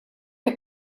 que